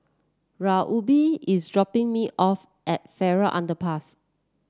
Reubin is dropping me off at Farrer Underpass